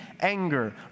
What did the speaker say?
anger